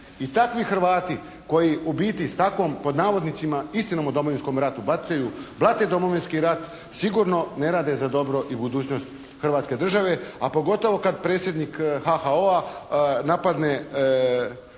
I takvi Hrvati koji u biti s takvom, pod navodnicima istinom o Domovinskome ratu bacaju, blate Domovinski rat sigurno ne rade za dobro i budućnost Hrvatske države, a pogotovo kad predsjednik HHO-a napadne Bedem